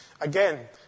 Again